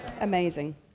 Amazing